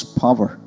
power